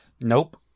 Nope